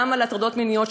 גם על הטרדות מיניות,